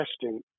testing